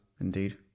Indeed